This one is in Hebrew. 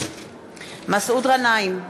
מסעוד גנאים,